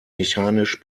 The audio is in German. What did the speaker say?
mechanisch